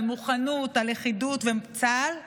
על לכידות ומוכנות צה"ל,